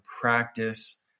practice